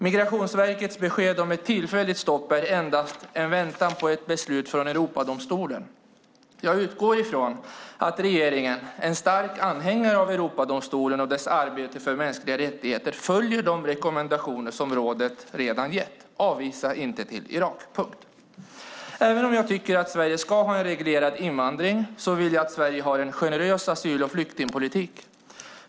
Migrationsverkets besked om ett tillfälligt stopp är endast en väntan på ett beslut från Europadomstolen. Jag utgår ifrån att regeringen som är stark anhängare av Europadomstolen och dess arbete för mänskliga rättigheter följer de rekommendationer som rådet redan gett: Avvisa inte till Irak. Även om jag tycker att Sverige ska ha en reglerad invandring vill jag att Sverige ska ha en generös asyl och flyktingpolitik.